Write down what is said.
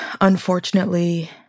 unfortunately